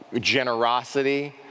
generosity